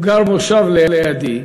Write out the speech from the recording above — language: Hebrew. הוא גר במושב לידי,